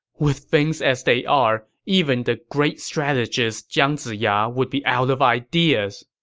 with things as they are, even the great strategist jiang ziya would be out of ideas!